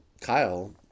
Kyle